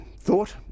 thought